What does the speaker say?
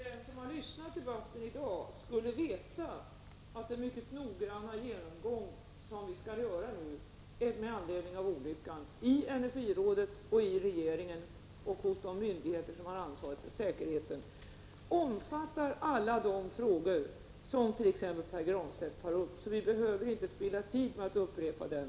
Herr talman! Den som har lyssnat till debatten i dag skulle veta att den mycket noggranna genomgång med anledning av olyckan som vi nu skall göra i energirådet, i regeringen och hos de myndigheter som har ansvaret för säkerheten omfattar alla de frågor som t.ex. Pär Granstedt tar upp. Vi behöver inte spilla tid på att upprepa dem.